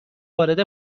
وارد